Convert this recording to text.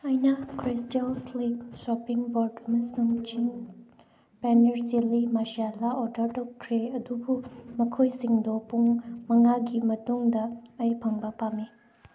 ꯑꯩꯅ crystal slick chopping board ꯑꯃꯁꯨꯡ ꯆꯤꯡ ꯄꯅꯤꯔ ꯆꯤꯂꯤ ꯃꯁꯂꯥ ꯑꯣꯔꯗꯔ ꯇꯧꯈ꯭ꯔꯦ ꯑꯗꯨꯕꯨ ꯃꯈꯣꯏꯁꯤꯡꯗꯣ ꯄꯨꯡ ꯃꯉꯥꯒꯤ ꯃꯇꯨꯡꯗ ꯑꯩ ꯐꯪꯕ ꯄꯥꯝꯃꯤ